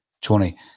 Tony